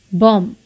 bomb